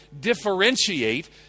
differentiate